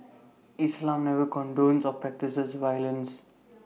islam never condones or practises violence